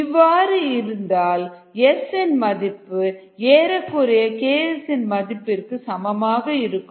இவ்வாறு இருந்தால் S இன் மதிப்பு ஏறக்குறைய Ks இன் மதிப்பிற்கு சமமாக இருக்கும்